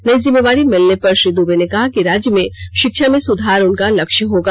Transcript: नई जिम्मेवारी मिलने पर श्री दवे ने कहा कि राज्य में षिक्षा में सुधार उनका लक्ष्य होगा